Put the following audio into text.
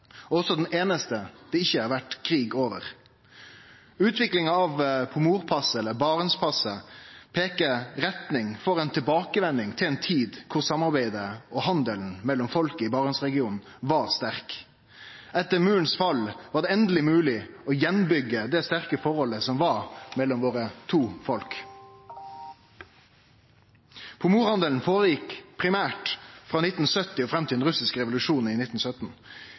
og også den einaste det ikkje har vore krig over. Utviklinga av Pomor-passet eller Barents-passet peiker i retning av ei tilbakevending til ei tid da samarbeidet og handelen mellom folka i Barentsregionen var sterk. Etter murens fall var det endeleg mogleg å byggje opp igjen det sterke forholdet som var mellom våre to folk. Pomorhandelen fann stad primært frå 1870 og fram til den russiske revolusjonen i 1917.